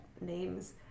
names